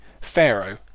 Pharaoh